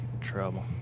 Trouble